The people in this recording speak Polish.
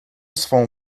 swą